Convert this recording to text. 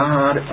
God